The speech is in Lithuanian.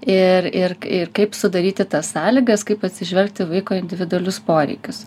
ir ir ir kaip sudaryti tas sąlygas kaip atsižvelgti į vaiko individualius poreikius